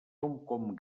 com